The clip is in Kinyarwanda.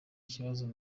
ikibazo